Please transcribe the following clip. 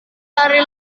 lari